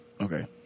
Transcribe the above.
Okay